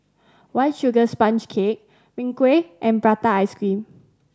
White Sugar Sponge Cake Png Kueh and prata ice cream